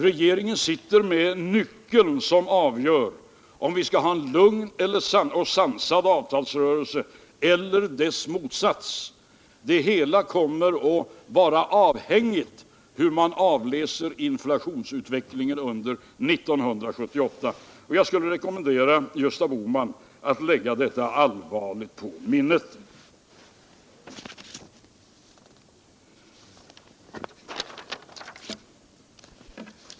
Regeringen sitter med nyckeln som avgör om vi skall få en lugn och sansad avtalsrörelse eller dess motsats. Det hela kommer att vara avhängigt av hur man avläser inflationsutvecklingen under 1978. Jag vill rekommendera Gösta Bohman att lägga detta allvarligt på minnet!